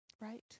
Right